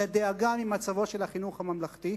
לדאגה ממצבו של החינוך הממלכתי,